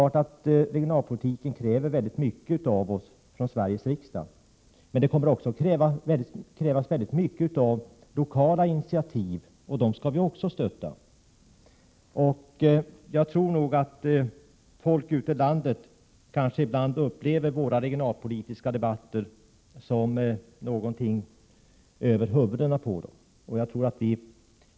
Regionalpolitiken kräver mycket av oss i Sveriges riksdag, men det kommer också att krävas mycket av lokala initiativ, och dem skall vi också stötta. Jag tror att folk ute i landet ibland upplever våra regionalpolitiska debatter som någonting som försiggår över deras huvuden.